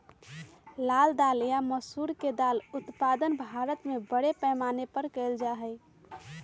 लाल दाल या मसूर के दाल के उत्पादन भारत में बड़े पैमाने पर कइल जा हई